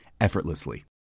effortlessly